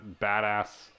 badass